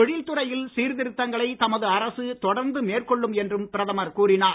தொழில் துறையில் சீர்திருத்தங்களை தமது அரசு தொடர்ந்து மேற்கொள்ளும் என்றும் பிரதமர் கூறினார்